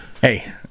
Hey